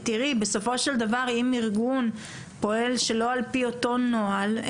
תראי בסופו של דבר אם ארגון פועל שלא על פי אותו נוהל,